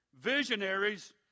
Visionaries